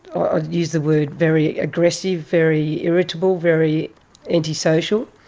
ah use the word very aggressive, very irritable, very antisocial.